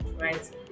right